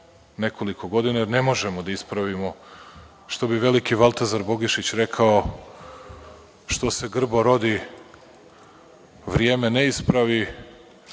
nekoliko godina, jer ne možemo da ispravimo, što bi veliki Valtazar Bogišić rekao – što se grbo rodi, vrijeme ne ispravi